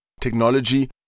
technology